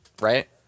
right